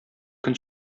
көн